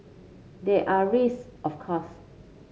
there are risk of course